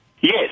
Yes